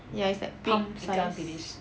pink ikan bilis